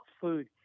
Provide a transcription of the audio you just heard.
food